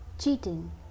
Cheating